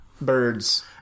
birds